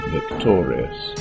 Victorious